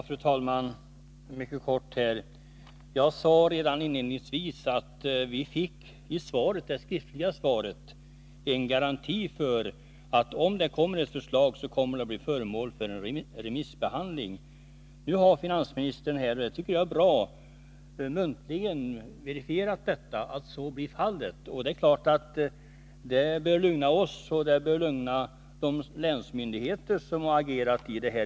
Fru talman! Mycket kort. Jag sade redan inledningsvis att vi i det skriftliga svaret fick en garanti för att om det framläggs ett förslag, så kommer detta att bli föremål för remissbehandling. Nu har finansministern — och det tycker jag är bra — muntligen verifierat att så blir fallet. Det är klart att det lugnar oss, och det bör lugna de länsmyndigheter som agerat.